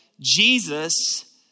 Jesus